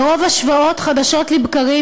מרוב השוואות שאתם עורכים חדשות לבקרים